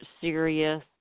serious